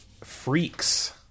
Freaks